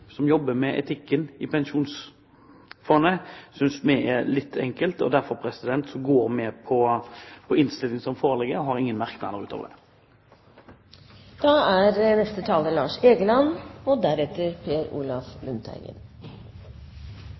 Pensjonsfondet, synes vi er litt enkelt, og derfor går vi for den innstillingen som foreligger og har ingen merknader utover